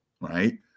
right